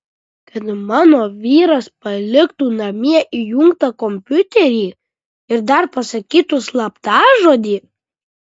kad mano vyras paliktų namie įjungtą kompiuterį ir dar pasakytų slaptažodį